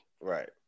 Right